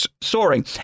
soaring